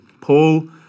Paul